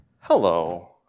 Hello